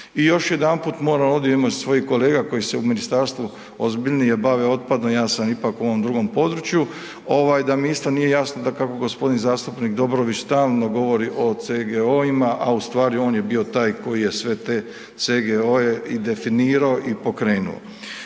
i još jedanput moram ovdje, imam svojih kolega koji se u ministarstvu ozbiljnije bave otpadom, ja sam ipak u ovom drugom području, ovaj da mi isto nije jasno kako g. zastupnik Dobrović stalno govori o CGO-ima, a ustvari on je bio taj koji je sve te CGO-e i definirao i pokrenuo.